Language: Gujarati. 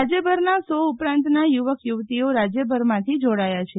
રાજ્યભરના સો ઉપરાંતના યુવક યુવતીઓ રાજ્યભર માંથી જોડાયા છે